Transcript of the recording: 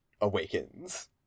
awakens